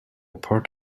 part